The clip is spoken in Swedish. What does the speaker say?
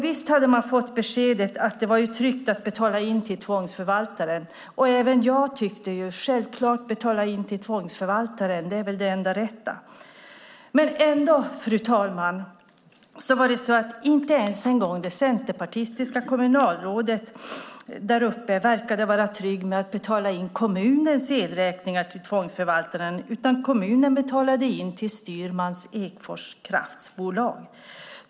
Visst hade de fått beskedet att det var tryggt att betala in till tvångsförvaltaren, och även jag tyckte att det enda rätta var att betala in till tvångsförvaltaren. Men, fru talman, inte ens det centerpartistiska kommunalrådet där uppe verkade vara trygg med att betala in kommunens elräkningar till tvångsförvaltaren, utan kommunen betalade in till Styrmans Ekfors Kraft.